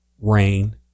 rain